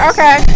Okay